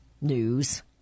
News